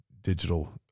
digital